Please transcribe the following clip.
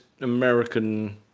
American